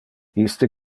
iste